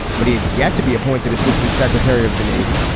but he had yet to be appointed assistant secretary of the navy.